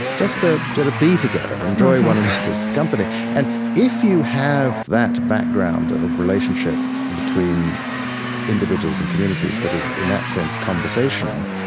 just ah to be together, enjoy one another's company and if you have that background of relationship between individuals and communities that is, in that sense, conversational,